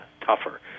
tougher